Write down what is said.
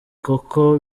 koko